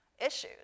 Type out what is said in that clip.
issues